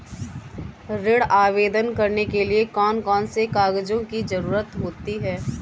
ऋण आवेदन करने के लिए कौन कौन से कागजों की जरूरत होती है?